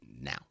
now